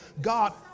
God